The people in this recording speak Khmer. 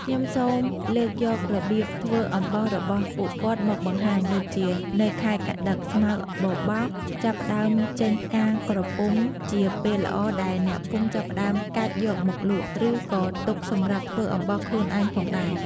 ខ្ញុំសូមលើកយករបៀបធ្វើអំបោសរបស់ពួកគាត់មកបង្ហាញដូចជា នៅខែកក្តិកស្មៅបបោសចាប់ផ្តើមចេញផ្កាក្រពុំជាពេលល្អដែលអ្នកភូមិចាប់ផ្តើមកាច់យកមកលក់ រឺក៏ទុកសម្រាប់ធ្វើអំបោសខ្លួនឯងផងដែរ។